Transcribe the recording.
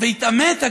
והתעמת,